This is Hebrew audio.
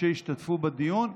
שהשתתפו בדיון,